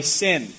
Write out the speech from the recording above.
sin